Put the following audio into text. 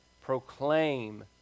proclaim